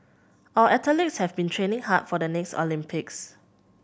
our athletes have been training hard for the next Olympics